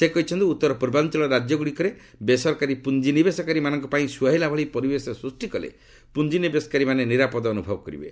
ସେ କହିଛନ୍ତି ଉତ୍ତର ପୂର୍ବାଞ୍ଚଳ ରାଜ୍ୟଗୁଡ଼ିକରେ ବେସରକାରୀ ପୁଞ୍ଜିନିବେଶକାରୀମାନଙ୍କ ପାଇଁ ସୁହାଇଲା ଭଳି ପରିବେଶ ସୃଷ୍ଟି କଲେ ପୁଞ୍ଜିନିବେଶକାରୀମାନେ ନିରାପଦ ଅନୁଭବ କରିବେ